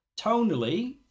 Tonally